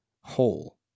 whole